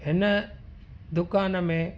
हिन दुकान में